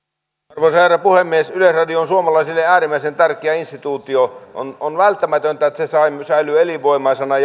arvoisa herra puhemies yleisradio on suomalaisille äärimmäisen tärkeä instituutio ja on välttämätöntä että se säilyy elinvoimaisena